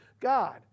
God